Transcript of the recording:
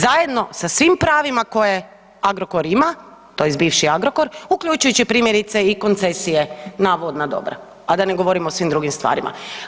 Zajedno sa svim pravima koje Agrokor ima, tj. bivši Agrokor uključujući primjerice i koncesije na vodna dobra a da ne govorim o svim drugim stvarima.